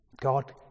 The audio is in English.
God